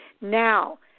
Now